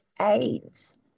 AIDS